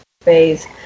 phase